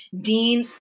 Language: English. Dean